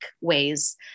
ways